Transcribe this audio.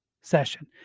session